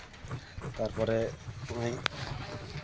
ᱛᱟᱨᱯᱚᱨᱮ ᱱᱚᱜᱼᱚᱸᱭ